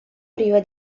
priva